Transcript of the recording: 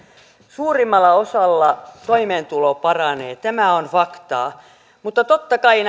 suurimmalla osalla toimeentulo paranee tämä on faktaa mutta totta kai